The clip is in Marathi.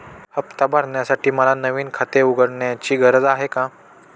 हफ्ता भरण्यासाठी मला नवीन खाते उघडण्याची गरज आहे का?